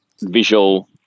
visual